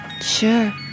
Sure